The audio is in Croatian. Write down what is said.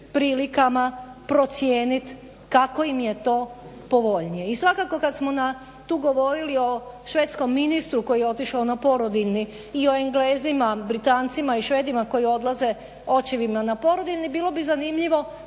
prilikama procijeniti kako im je to povoljnije. I svakako kada smo tu govorili o švedskom ministru koji je otišao na porodiljni i o Englezima, Britancima i Šveđanima koji odlaze očevima na porodoljni bilo bi zanimljivo